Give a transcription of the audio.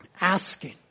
Asking